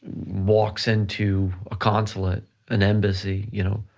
walks into a consulate, an embassy, you know